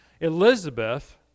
Elizabeth